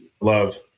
love